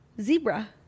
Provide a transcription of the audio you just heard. Zebra